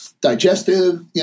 digestive